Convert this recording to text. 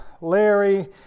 Larry